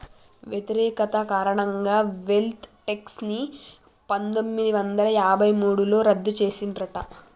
వ్యతిరేకత కారణంగా wealth tax ని పందొమ్మిది వందల యాభై మూడులో రద్దు చేసిండ్రట